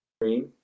cream